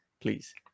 please